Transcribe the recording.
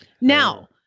Now